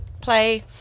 play